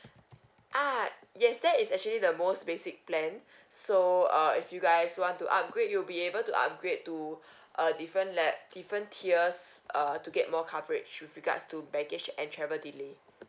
ah yes that is actually the most basic plan so uh if you guys want to upgrade you'll be able to upgrade to uh different le~ different tiers err to get more coverage with regards to baggage and travel delay